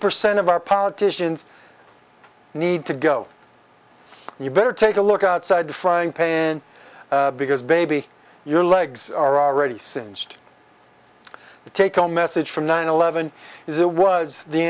percent of our politicians need to go you better take a look outside the frying pan because baby your legs are already singed the take home message from nine eleven is it was the